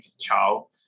child